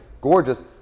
gorgeous